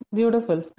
Beautiful